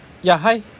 ya hi